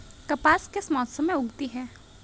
कपास किस मौसम में उगती है?